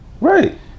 right